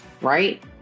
Right